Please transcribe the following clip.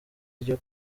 ryo